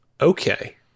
Okay